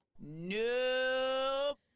Nope